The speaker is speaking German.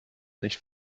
nicht